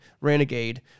renegade